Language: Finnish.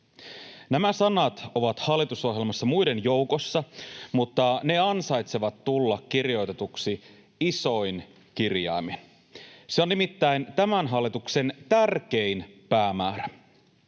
Nämä sanat ovat hallitusohjelmassa muiden joukossa, mutta ne ansaitsevat tulla kirjoitetuiksi isoin kirjaimin. Se on nimittäin tämän hallituksen tärkein päämäärä.